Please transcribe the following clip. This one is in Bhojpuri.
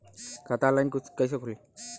खाता ऑनलाइन कइसे खुली?